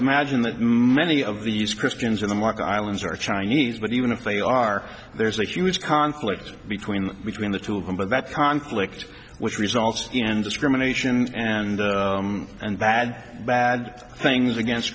imagine that many of these christians in the islands are chinese but even if they are there is a huge conflict between between the two of them but that conflict which results in end discrimination and and bad bad things against